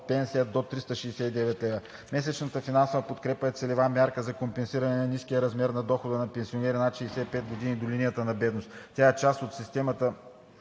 пенсия до 369 лв.: Месечната финансова подкрепа е целева мярка за компенсиране на ниския размер на дохода на пенсионери над 65 години до линията на бедност. Тя е част от системата